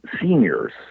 Seniors